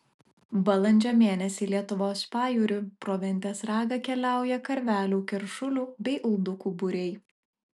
balandžio mėnesį lietuvos pajūriu pro ventės ragą keliauja karvelių keršulių bei uldukų būriai